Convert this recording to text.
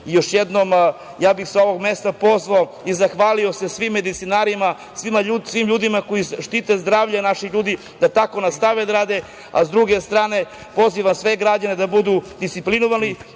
Još jednom, ja bih sa ovog mesta pozvao i zahvalio se svim medicinarima, svim ljudima koji štite zdravlje naših ljudi da tako nastave da rade, a sa druge strane pozivam sve građane da budu disciplinovani,